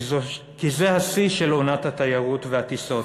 כי זה השיא של עונת התיירות והטיסות.